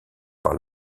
par